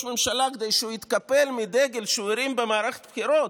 הממשלה כדי שהוא יתקפל מהדגל שהוא הרים במערכת הבחירות,